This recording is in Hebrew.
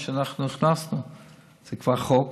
מה שהכנסנו זה כבר חוק,